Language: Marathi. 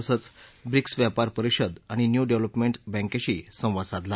तसंच ब्रिक्स व्यापार परिषद आणि न्यू डेवल्पमेंट बँकेशी संवाद साधला